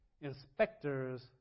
inspectors